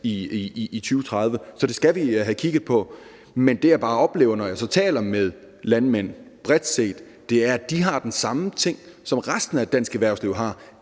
i 2030. Så det skal vi have kigget på. Men det, jeg bare oplever, når jeg så taler med landmænd, bredt set, er, at de har det som resten af det danske erhvervsliv: